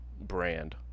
brand